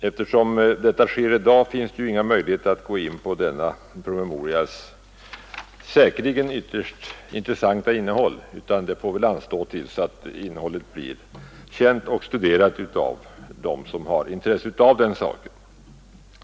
Eftersom detta sker i dag, finns det ingen möjlighet att gå in på denna promemorias säkerligen ytterst intressanta innehåll, utan granskningen får anstå tills innehållet blir känt och studerat av dem som har intresse för saken.